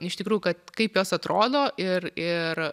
iš tikrųjų kad kaip jos atrodo ir ir